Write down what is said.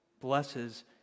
blesses